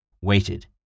waited